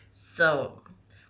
alright